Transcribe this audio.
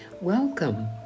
Welcome